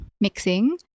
mixing